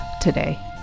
today